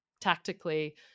tactically